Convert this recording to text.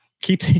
Keep